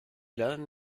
lernen